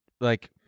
like-